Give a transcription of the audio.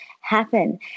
happen